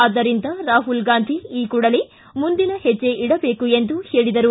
ಆದ್ದರಿಂದ ರಾಹುಲ್ ಗಾಂಧಿ ಈ ಕೂಡಲೇ ಮುಂದಿನ ಹೆಜ್ಜೆ ಇಡಬೇಕು ಎಂದು ಹೇಳಿದರು